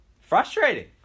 Frustrating